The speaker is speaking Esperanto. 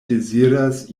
deziras